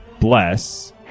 Bless